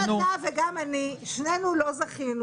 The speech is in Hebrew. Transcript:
אדוני היושב-ראש, גם אתה וגם אני, שנינו לא זכינו.